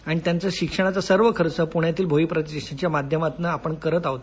आणि त्यांच्या शिक्षणाचा सर्व खर्च पूण्याच्या भोई प्रतिष्ठानच्या माध्यमातनं आपण करत आहोत